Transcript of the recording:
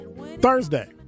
Thursday